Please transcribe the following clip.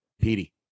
Petey